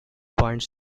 binds